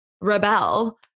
rebel